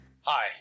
Hi